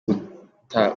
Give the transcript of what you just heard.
guta